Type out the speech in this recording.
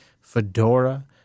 Fedora